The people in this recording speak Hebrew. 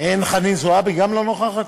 גם חנין זועבי לא נוכחת?